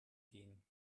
gehen